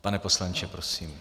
Pane poslanče, prosím.